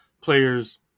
players